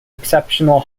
exceptional